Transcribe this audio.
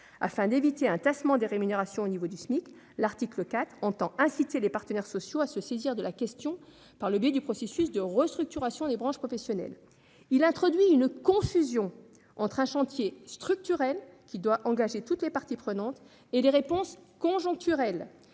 Afin d'éviter un tassement des rémunérations au niveau du SMIC, l'article 4 entend inciter les partenaires sociaux à se saisir de la question par le biais du processus de restructuration des branches professionnelles. Il introduit une confusion entre un chantier structurel, qui doit engager toutes les parties prenantes, et les réponses conjoncturelles